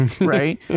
right